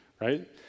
right